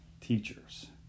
teachers